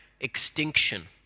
extinction